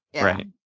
Right